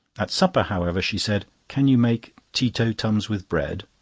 at supper, however, she said can you make tee-to-tums with bread?